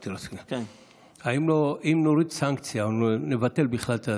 אם נוריד סנקציה או נבטל בכלל,